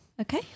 Okay